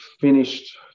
finished